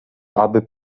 aby